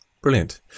brilliant